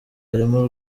harimo